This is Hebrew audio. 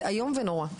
זה איום ונורא.